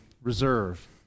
Reserve